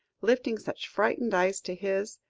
lifting such frightened eyes to his,